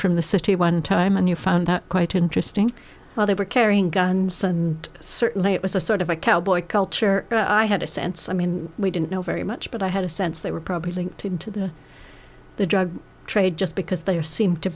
from the city one time and you found that quite interesting while they were carrying guns and certainly it was a sort of a cowboy culture but i had a sense i mean we didn't know very much but i had a sense they were probably linked into the the drug trade just because they are seem to